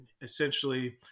essentially